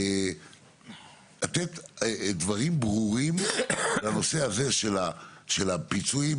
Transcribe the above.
לתת דברים ברורים לנושא הזה של הפיצויים,